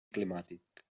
climàtic